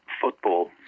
Football